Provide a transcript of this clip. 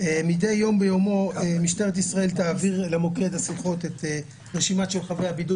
מדי יום תעביר למוקד השיחות את רשימת חבי הבידוד